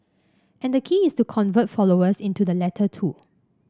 and the key is to convert followers into the latter two